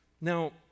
Now